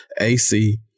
AC